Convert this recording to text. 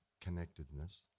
connectedness